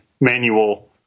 manual